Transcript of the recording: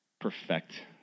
perfect